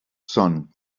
son